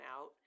out